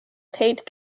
tate